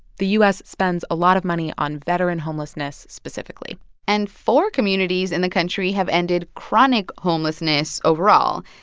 the u s. spends a lot of money on veteran homelessness specifically and four communities in the country have ended chronic homelessness overall,